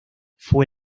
fue